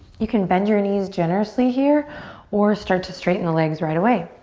you can bend your knees generously here or start to straighten the legs right away.